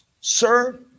Sir